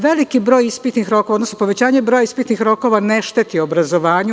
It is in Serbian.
Veliki broj ispitnih rokova, odnosno povećanje broja ispitnih rokova ne šteti obrazovanju.